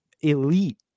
elite